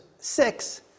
Six